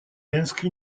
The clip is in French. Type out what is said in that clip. inscrit